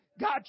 God